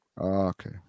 okay